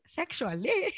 sexually